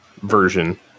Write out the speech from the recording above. version